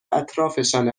اطرافشان